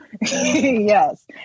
Yes